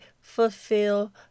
fulfill